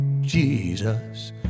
Jesus